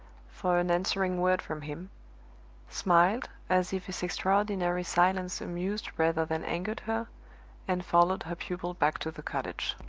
for an answering word from him smiled, as if his extraordinary silence amused rather than angered her and followed her pupil back to the cottage.